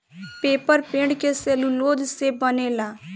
paper पेड़ के cellulose से बनेला